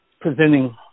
presenting